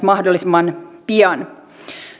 mahdollisimman pian